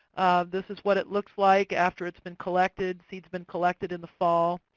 this is what it looks like after it's been collected. seed's been collected in the fall.